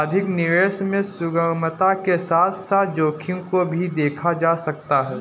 अधिक निवेश में सुगमता के साथ साथ जोखिम को भी देखा जा सकता है